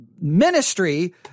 ministry